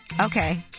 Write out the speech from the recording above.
Okay